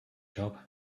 job